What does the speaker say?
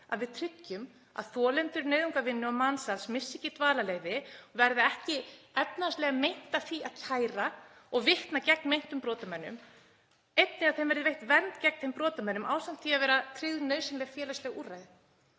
að við tryggjum að þolendur nauðungarvinnu og mansals missi ekki dvalarleyfi og þeim verði ekki efnahagslega meint af því að kæra og vitna gegn meintum brotamönnum. Einnig að þeim verði veitt vernd gegn þeim brotamönnum ásamt því að vera tryggð nauðsynleg félagsleg úrræði.